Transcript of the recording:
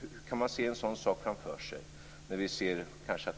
Hur kan man se en sådan sak framför sig, när vi